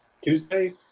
Tuesday